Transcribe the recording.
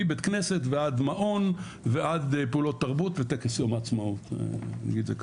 מבית כנסת ועד מעון ועד פעולות תרבות וטקס יום העצמאות נגיד את זה ככה.